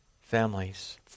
families